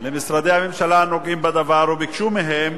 למשרדי הממשלה הנוגעים בדבר, וביקשו מהם